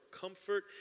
comfort